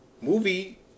movie